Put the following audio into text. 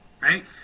right